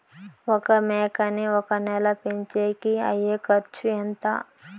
ఒక మేకని ఒక నెల పెంచేకి అయ్యే ఖర్చు ఎంత?